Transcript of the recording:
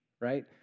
right